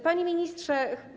Panie Ministrze!